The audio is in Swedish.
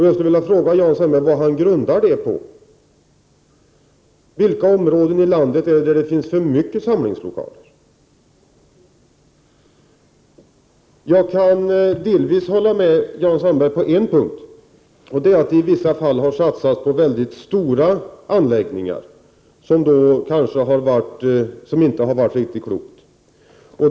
Jag skulle vilja fråga Jan Sandberg vad han grundar denna uppfattning på. I vilka områden i landet finns det för många samlingslokaler? Jag kan delvis hålla med Jan Sandberg på en punkt, nämligen att det kanske inte har varit så klokt att i vissa fall ha satsat på mycket stora anläggningar.